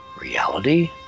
reality